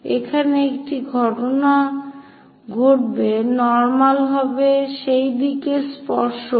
এখানেও একই ঘটনা ঘটবে নর্মাল হবে সেই দিকের স্পর্শক